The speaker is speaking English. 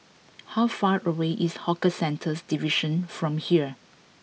how far away is Hawker Centres Division from here